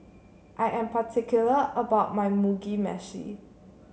I am particular about my Mugi Meshi